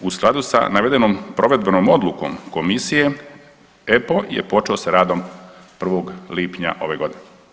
U skladu sa navedenom provedbenom odlukom komisije EPPO je počeo sa radom 1. lipnja ove godine.